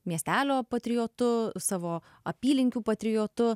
miestelio patriotu savo apylinkių patriotu